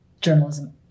journalism